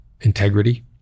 integrity